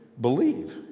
believe